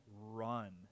run